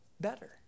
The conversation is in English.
better